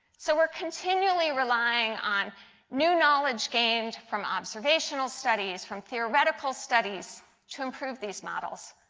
so we are continually relying on new knowledge gained from observational studies, from theoretical studies to improve these models.